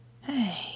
Hey